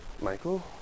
Michael